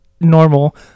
normal